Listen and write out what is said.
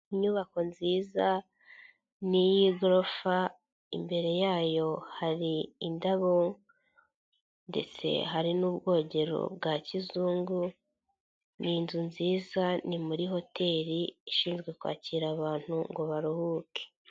Inyubako nziza n'iy'igorofa imbere yayo hari indabo, ndetse hari n'ubwogero bwa kizungu, ni inzu nziza, ni muri hoteli ishinzwe kwakira abantu ngo baruhuke.